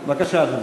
בבקשה, אדוני.